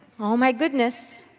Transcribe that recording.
oh, my goodness.